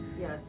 Yes